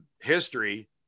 history